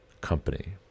company